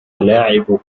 لاعب